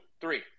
Three